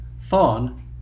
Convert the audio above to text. fawn